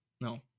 No